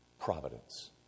providence